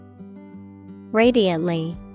Radiantly